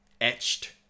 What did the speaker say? etched